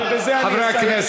ובזה אני אסיים.